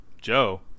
Joe